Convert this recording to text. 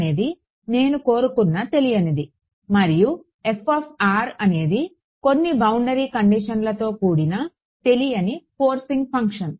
అనేది నేను కోరుకున్న తెలియనిది మరియు అనేది కొన్ని బౌండరీ కండిషన్లతో కూడిన తెలియని ఫోర్సింగ్ ఫంక్షన్